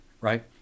right